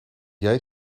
jij